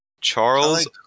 Charles